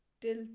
till